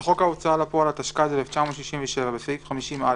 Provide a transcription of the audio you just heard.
הצעת חוק ההוצאה לפועל (תיקון, החרגת